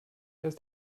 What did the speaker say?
erst